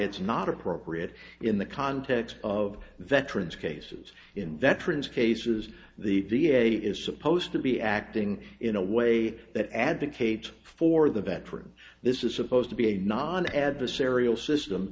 it's not appropriate in the context of veterans cases in veterans cases the v a is supposed to be acting in a way that advocates for the veterans this is supposed to be a non adversarial system